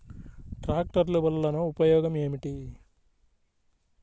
ట్రాక్టర్లు వల్లన ఉపయోగం ఏమిటీ?